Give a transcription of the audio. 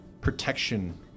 protection